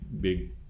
big